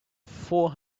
four